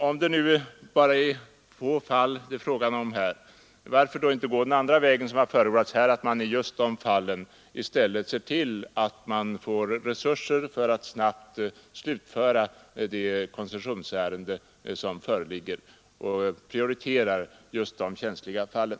Om det nu bara är fråga om ett fåtal fall, varför då inte gå den andra vägen som förordats, nämligen att se till att man i just de få fallen får resurser för att snabbt slutföra koncessionsärendena och alltså prioritera de känsliga fallen?